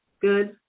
good